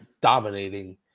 dominating